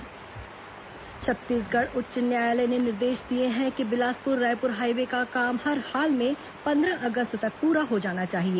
high court सुनवाई छत्तीसगढ़ उच्च न्यायालय ने निर्देश दिए हैं कि बिलासपुर रायपुर हाईवे का काम हर हाल में पंद्रह अगस्त तक पूरा हो जाना चाहिए